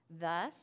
Thus